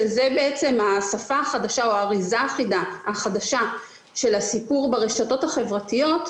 שזה בעצם השפה החדשה או האריזה החדשה של הסיפור ברשתות החברתיות,